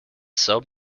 sub